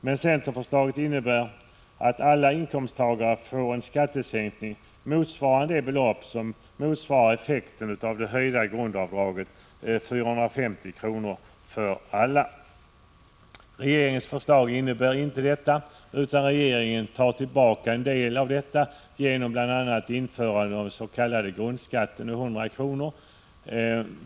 Men centerförslaget innebär att alla inkomsttagare får en skattesänkning överensstämmande med det belopp som motsvarar effekten av det höjda grundavdraget, 450 kr. för alla. Regeringens förslag har inte denna innebörd, utan regeringen tar tillbaka en del av detta genom bl.a. införandet av en s.k. grundskatt på 100 kr.